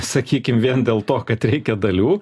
sakykim vien dėl to kad reikia dalių